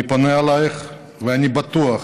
אני פונה אלייך, ואני בטוח